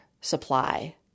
supply